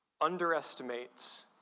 underestimates